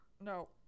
no